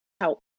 help